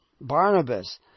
Barnabas